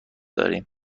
داریم